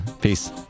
Peace